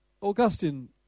Augustine